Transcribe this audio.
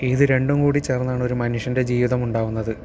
ഇതും രണ്ടും കൂടി ചേർന്നാണൊരു മനുഷ്യൻ്റെ ജീവിതം ഉണ്ടാകുന്നത്